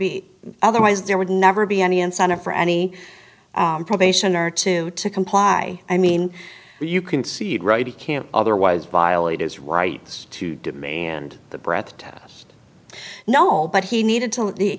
be otherwise there would never be any incentive for any probation or two to comply i mean you concede right he can't otherwise violate his rights to demand the breath test no but he needed to